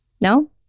No